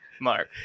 Mark